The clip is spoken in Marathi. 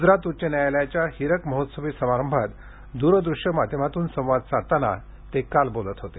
गुजरात उच्च न्यायालयाच्या हीरक महोत्सवी समारंभात दूर दृश्य माध्यमातून संवाद साधताना ते काल बोलत होते